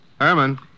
Herman